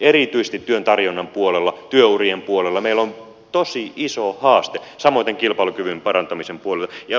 erityisesti työn tarjonnan puolella työurien puolella meillä on tosi iso haaste samoiten kilpailukyvyn parantamisen puolella